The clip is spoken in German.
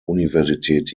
universität